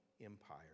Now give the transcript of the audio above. Empire